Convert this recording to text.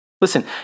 Listen